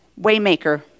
Waymaker